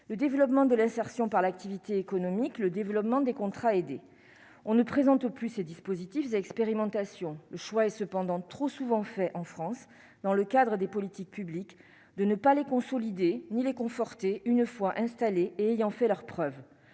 le développement de l'insertion par l'activité économique, le développement des contrats aidés, on ne présente plus, ces dispositifs expérimentation, le choix est cependant trop souvent fait en France dans le cadre des politiques publiques de ne pas les consolider, ni les conforter une fois installé, et ayant fait leurs preuves,